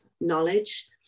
knowledge